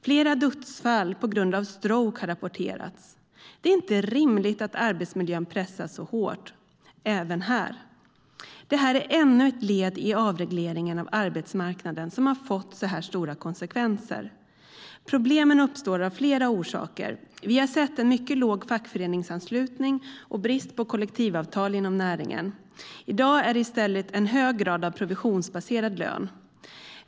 Flera dödsfall på grund av stroke har rapporterats. Det är inte rimligt att arbetsmiljön pressas så hårt även här. Detta är ännu ett led i avregleringen av arbetsmarknaden som har fått så stora konsekvenser. Problemen uppstår av flera orsaker. Vi har sett en mycket låg fackföreningsanslutning och brist på kollektivavtal inom taxinäringen. I dag är det i stället en hög grad av provisionsbaserad lön.